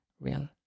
Real